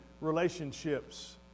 relationships